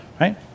right